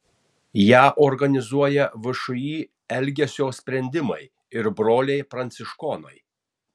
ją organizuoja všį elgesio sprendimai ir broliai pranciškonai